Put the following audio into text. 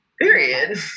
Period